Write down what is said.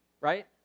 right